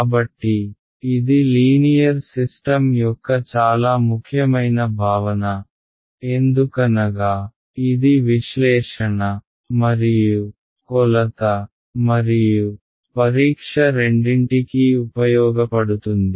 కాబట్టి ఇది linear system యొక్క చాలా ముఖ్యమైన భావన ఎందుకనగా ఇది విశ్లేషణ మరియు కొలత మరియు పరీక్ష రెండింటికీ ఉపయోగపడుతుంది